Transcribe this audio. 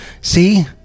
See